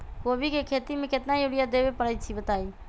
कोबी के खेती मे केतना यूरिया देबे परईछी बताई?